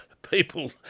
People